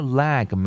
lag